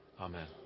Amen